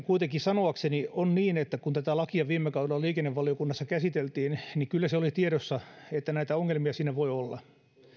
kuitenkin sanoakseni on niin että kun tätä lakia viime kaudella liikennevaliokunnassa käsiteltiin niin kyllä se oli tiedossa että näitä ongelmia siinä voi olla